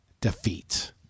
defeat